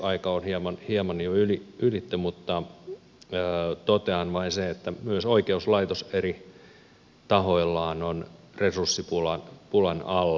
aika on hieman jo ylitetty mutta totean vain sen että myös oikeuslaitos eri tahoillaan on resurssipulan alla